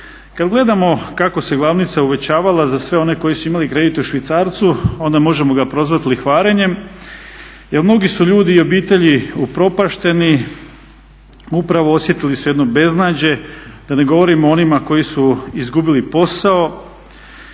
Kada gledamo kako se glavnica uvećavala za sve one koji su imali kredit u švicarcu onda možemo ga prozvati lihvarenjem jel mnogi su ljudi i obitelji upropašteni, upravo osjetili su jedno beznađe da ne govorimo o onima koji su izgubili posao,